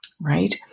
right